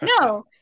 No